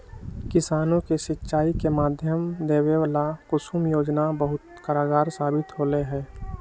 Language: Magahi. किसानों के सिंचाई के माध्यम देवे ला कुसुम योजना बहुत कारगार साबित होले है